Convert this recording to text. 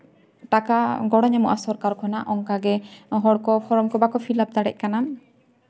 ᱴᱟᱠᱟ ᱜᱚᱲᱚ ᱧᱟᱢᱚᱜᱼᱟ ᱥᱚᱨᱠᱟᱨ ᱠᱷᱚᱱᱟᱜ ᱚᱱᱠᱟᱜᱮ ᱦᱚᱲᱠᱚ ᱯᱷᱨᱚᱢ ᱠᱚ ᱵᱟᱝ ᱠᱚ ᱯᱷᱤᱞᱟᱯ ᱫᱟᱲᱮᱭᱟᱜ ᱠᱟᱱᱟ